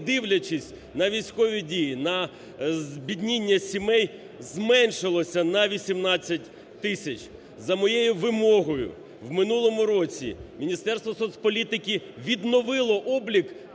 дивлячись на військові дії, на збідніння сімей, зменшилося на 18 тисяч. За моєю вимогою в минулому році Міністерство соцполітики відновило облік